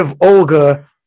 Olga